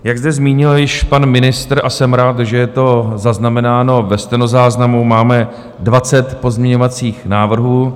Jak zde zmínil již pan ministr a jsem rád, že je to zaznamenáno ve stenozáznamu, máme 20 pozměňovacích návrhů.